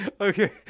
Okay